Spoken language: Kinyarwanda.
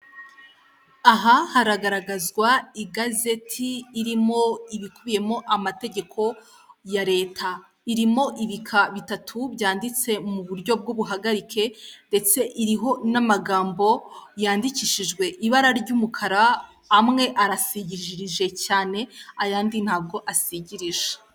Aha hagaragazwa igazeti irimo ibikubiyemo amategeko ya leta, irimo ibika bitatu byanditse mu buryo bw'ubuhagarike, ndetse iriho n'amagambo yandikishijwe ibara ry'umukara, amwe arasigirije cyane ayandi ntabwo asigirije.